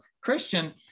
Christian